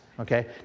Okay